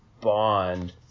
bond